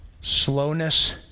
slowness